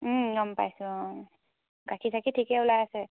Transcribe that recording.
গম পাইছোঁ অঁ গাখীৰ চাখীৰ ঠিকে ওলাই আছে